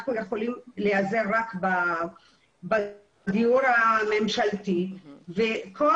אנחנו יכולים להיעזר רק בדיוק הממשלתי וכל